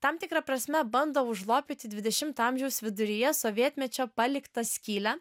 tam tikra prasme bando užlopyti dvidešimto amžiaus viduryje sovietmečio paliktą skylę